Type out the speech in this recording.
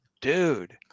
dude